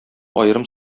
аерым